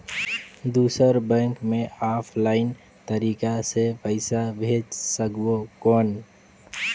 दुसर बैंक मे ऑफलाइन तरीका से पइसा भेज सकबो कौन?